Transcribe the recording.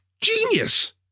genius